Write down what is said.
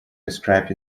described